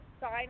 sign